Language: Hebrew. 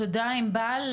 תודה ענבל.